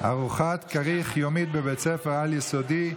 ארוחת כריך יומית בבית ספר על-יסודי),